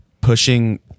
pushing